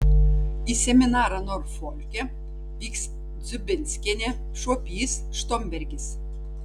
į seminarą norfolke vyks dziubinskienė šuopys štombergis